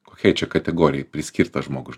kokiai čia kategorijai priskirt tą žmogus